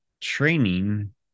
training